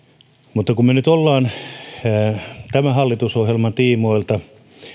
mutta kun me nyt olemme tämän hallitusohjelman tiimoilta